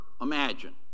imagine